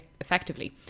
effectively